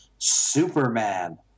Superman